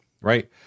right